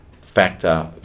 Factor